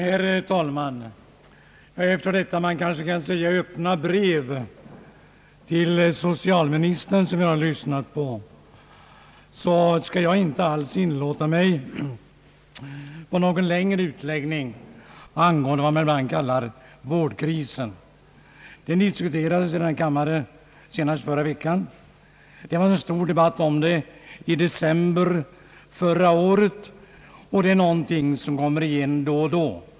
Herr talman! Efter detta — som man kanske kan säga — öppna brev till socialministern som vi har lyssnat på, skall jag inte inlåta mig på någon längre utläggning om vad man ibland kallar vårdkrisen. Den diskuterades i denna kammare senast förra veckan. Det var en stor debatt i frågan i december förra året, och den kommer igen då och då.